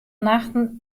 nachten